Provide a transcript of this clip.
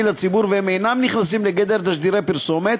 לציבור שאינם נכנסים לגדר תשדירי פרסומת